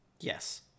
Yes